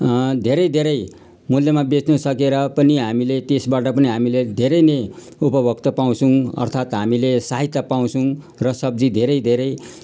धेरै धेरै मूल्यमा बेच्नु सकेर पनि हामीले त्यसबाट पनि हामीले धेरै नै उपभोग त पाउँछौँ अर्थात् हामीले सहायता पाउँछौँ र सब्जी धेरै धेरै